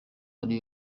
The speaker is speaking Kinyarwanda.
ari